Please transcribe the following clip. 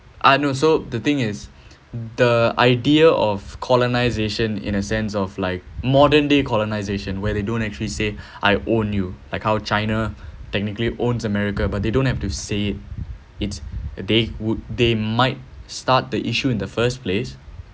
uh no so the thing is the idea of colonization in a sense of like modern day colonization where they don't actually say I own you like how china technically owns america but they don't have to say it it's they would they might start the issue in the first place